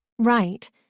Right